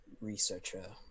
researcher